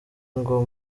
ngo